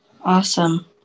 awesome